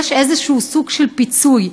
שיש סוג של פיצוי,